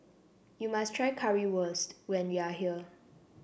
you must try Currywurst when you are here